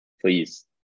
please